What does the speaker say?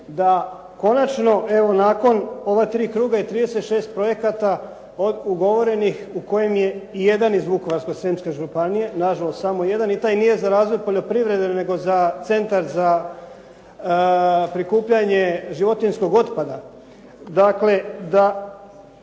da konačno evo nakon ova tri kruga i 36 projekata ugovorenih u kojima je jedan iz Vukovarsko-srijemske županije, nažalost samo jedan i taj nije za razvoj poljoprivrede nego za Centar za prikupljanje životinjskog otpada. Dakle, da